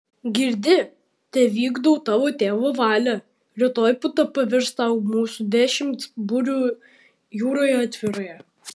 girdi tevykdau tavo tėvo valią rytoj puta pavirs tau mūsų dešimt burių jūroje atviroje